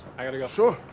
i gotta go. sure.